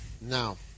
Now